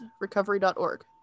recovery.org